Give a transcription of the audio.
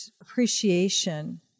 appreciation